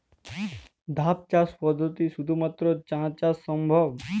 ধাপ চাষ পদ্ধতিতে শুধুমাত্র চা চাষ সম্ভব?